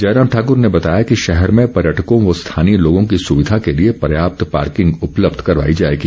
जयराम ठाकुर ने बताया कि शहर में पर्यटकों व स्थानीय लोगों की सुविधा के लिए पर्याप्त पार्किंग उपलब्ध करवाई जाएगी